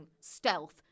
stealth